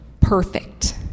Perfect